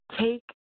Take